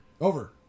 Over